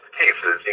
cases